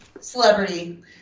Celebrity